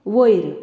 वयर